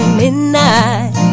midnight